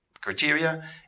criteria